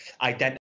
identify